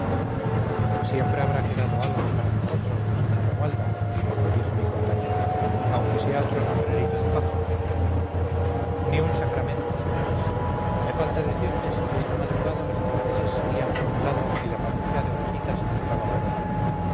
siempre habrá quedado algo para nosotros señá romualda dijo mi compañero aunque sea otro sombrerito de paja ni un sacramento señores me falta decirles que esta madrugada los franceses salían por un lado y la partida de orejitas entraba por otro